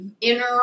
inner